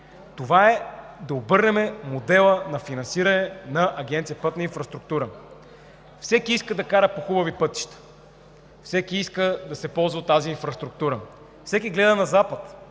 – да обърнем модела на финансиране на Агенция „Пътна инфраструктура“. Всеки иска да кара по хубави пътища, всеки иска да се ползва от тази инфраструктура, всеки гледа на Запад.